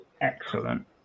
Excellent